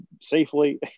safely